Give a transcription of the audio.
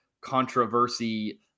controversy